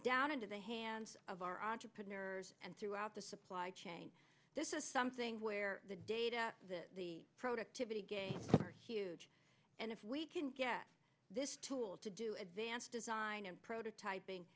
down into the hands of our entrepreneurs and throughout the supply chain this is something where the data the productivity gains and if we can get this tool to do advanced design and prototyping